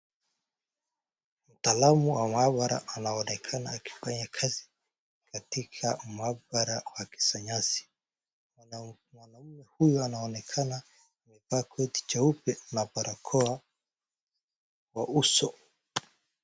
Mtaalamu wa maabara anaonekana akifanya kazi katika maabara wa kisayansi. Mwanamume huyo anaonekana amevaa koti cheupe na barakoa kwa uso.